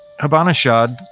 habanashad